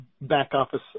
back-office